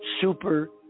super